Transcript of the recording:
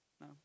no